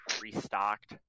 restocked